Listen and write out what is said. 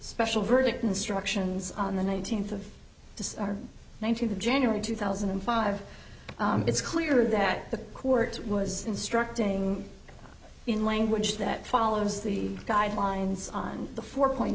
special verdict instructions on the nineteenth of december nineteenth of january two thousand and five it's clear that the court was instructing in language that follows the guidelines on the four point